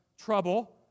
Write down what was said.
trouble